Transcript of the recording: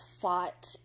fought